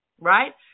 right